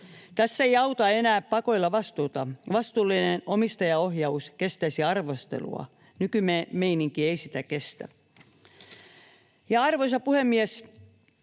Tässä ei auta enää pakoilla vastuuta. Vastuullinen omistajaohjaus kestäisi arvostelua, nykymeininki ei sitä kestä. Arvoisa puhemies!